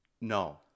No